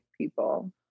people